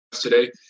today